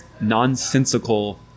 Nonsensical